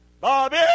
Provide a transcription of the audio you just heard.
Bobby